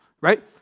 right